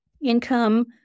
income